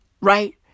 right